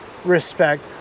respect